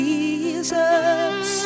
Jesus